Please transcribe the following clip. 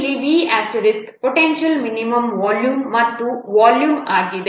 ಇಲ್ಲಿ V potential minimum volume ಮತ್ತು volume ಆಗಿದೆ